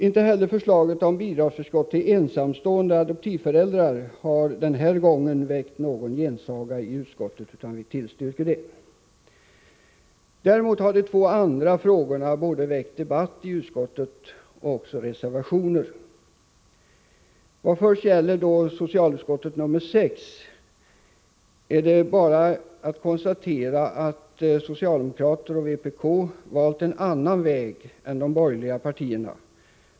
Inte heller förslaget om bidragsförskott till ensamstående adoptivföräldrar har den här gången väckt någon gensaga i utskottet, utan vi tillstyrker det. Däremot har de två andra frågorna föranlett både debatt i utskottet och reservationer. När det gäller socialutskottets betänkande nr 6 är det bara att konstatera att socialdemokrater och vpk valt en annan väg än de borgerliga partierna.